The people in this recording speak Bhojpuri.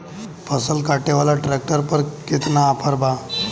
फसल काटे वाला ट्रैक्टर पर केतना ऑफर बा?